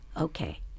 okay